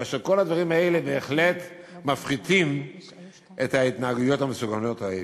כאשר כל הדברים האלה בהחלט מפחיתים את ההתנהגויות המסוכנות האלה.